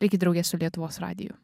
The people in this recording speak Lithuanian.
likit drauge su lietuvos radiju